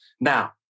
Now